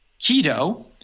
keto